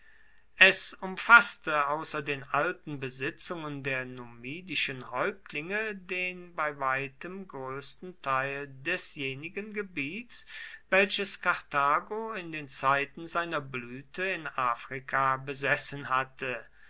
es umfaßte außer den alten besitzungen der numidischen häuptlinge den bei weitem größten teil desjenigen gebiets welches karthago in den zeiten seiner blüte in afrika besessen hatte